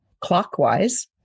clockwise